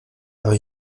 habe